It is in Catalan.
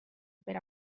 per